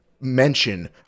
mention